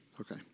Okay